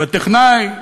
והטכנאי,